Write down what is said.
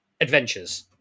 adventures